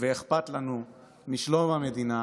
של שר שאפילו תפילה לשלום המדינה